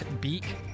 beak